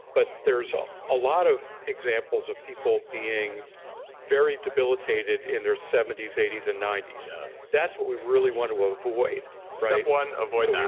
but there's a ah lot of examples of people being very debilitated in their seventy s, eighty s, and ninety s. that's what we really want to avoid step one, avoid